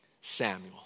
Samuel